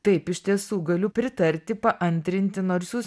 taip iš tiesų galiu pritarti paantrinti nors jūs